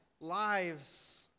lives